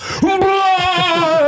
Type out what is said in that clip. Blood